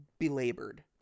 belabored